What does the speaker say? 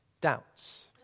doubts